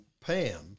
Pam